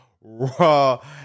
raw